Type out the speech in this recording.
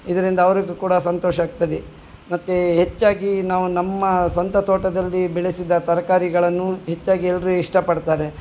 ಇದರಿಂದ ಅವರಿಗೂ ಕೂಡ ಸಂತೋಷ ಆಗ್ತದೆ ಮತ್ತು ಹೆಚ್ಚಾಗಿ ನಾವು ನಮ್ಮ ಸ್ವಂತ ತೋಟದಲ್ಲಿ ಬೆಳೆಸಿದ ತರಕಾರಿಗಳನ್ನು ಹೆಚ್ಚಾಗಿ ಎಲ್ಲರೂ ಇಷ್ಟಪಡ್ತಾರೆ